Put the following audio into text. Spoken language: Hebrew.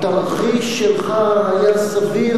התרחיש שלך היה סביר,